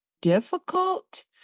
difficult